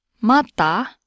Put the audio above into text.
Mata